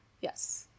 yes